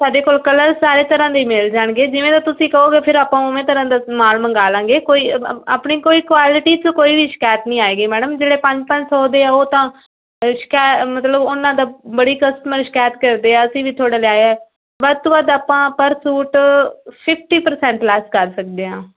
ਸਾਡੇ ਕੋਲ ਕਲਰ ਸਾਰੇ ਤਰ੍ਹਾਂ ਦੀ ਮਿਲ ਜਾਣਗੇ ਜਿਵੇਂ ਦਾ ਤੁਸੀਂ ਕਹੋਗੇ ਫਿਰ ਆਪਾਂ ਉਵੇਂ ਤਰ੍ਹਾਂ ਦਾ ਮਾਲ ਮੰਗਾ ਲਵਾਂਗੇ ਕੋਈ ਆ ਆਪਣੀ ਕੋਈ ਕੁਆਲਿਟੀ 'ਚ ਕੋਈ ਵੀ ਸ਼ਿਕਾਇਤ ਨਹੀਂ ਆਏਗੀ ਮੈਡਮ ਜਿਹੜੇ ਪੰਜ ਪੰਜ ਸੌ ਦੇ ਆ ਉਹ ਤਾਂ ਸ਼ਿਕਾ ਮਤਲਬ ਉਹਨਾਂ ਦਾ ਬੜੀ ਕਸਟਮਰ ਸ਼ਿਕਾਇਤ ਕਰਦੇ ਆ ਅਸੀਂ ਵੀ ਥੋੜ੍ਹਾ ਲੈ ਆ ਵੱਧ ਤੋਂ ਵੱਧ ਆਪਾਂ ਪਰ ਸੂਟ ਫੀਫਟੀ ਪਰਸੈਂਟ ਲੈਸ ਕਰ ਸਕਦੇ ਹਾਂ